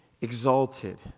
exalted